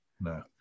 no